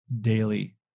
daily